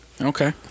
Okay